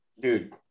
dude